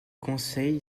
conseil